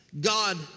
God